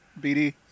BD